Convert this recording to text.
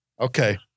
Okay